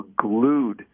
glued